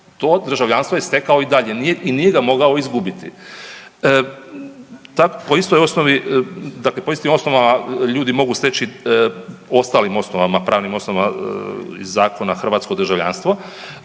to državljanstvo je stekao i dalje i nije ga mogao izgubiti. Dakle, po istim osnovama ljudi mogu steći ostalim pravnim osnovama zakona hrvatsko državljanstvo,